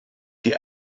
die